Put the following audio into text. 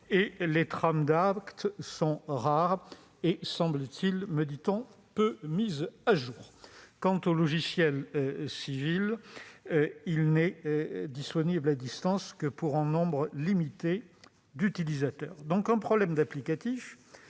Les trames d'actes sont rares et, me dit-on, peu mises à jour. Quant au logiciel civil, il n'est disponible à distance que pour un nombre limité d'utilisateurs. Au-delà de ce problème d'applicatifs,